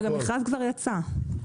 המכרז כבר יצא.